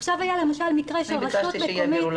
עכשיו היה למשל מקרה של רשות מקומית --- אני ביקשתי שיעבירו